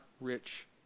rich